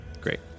Great